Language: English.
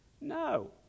No